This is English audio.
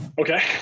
Okay